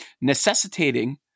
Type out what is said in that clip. Necessitating